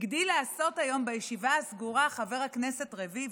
הגדיל לעשות היום בישיבה הסגורה חבר הכנסת רביבו,